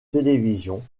télévision